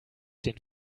den